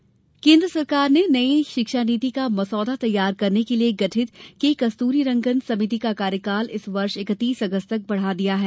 शिक्षा नीति कार्यकाल केन्द्र सरकार ने नई शिक्षा नीति का मसौदा तैयार करने के लिये गठित के कस्तूरीरंगन समिति का कार्यकाल इस वर्ष इकतीस अगस्त तक बढा दिया है